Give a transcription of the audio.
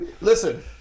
Listen